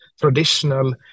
traditional